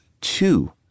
two